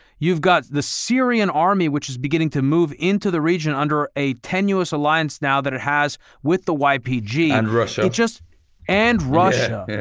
you've got the syrian army, which is beginning to move into the region under ah a tenuous alliance now that it has with the ypg, and it just and russia.